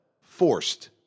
forced